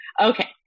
Okay